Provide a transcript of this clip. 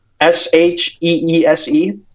S-H-E-E-S-E